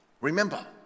Remember